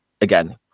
again